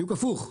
בדיוק הפוך.